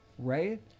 right